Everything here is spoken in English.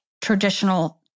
traditional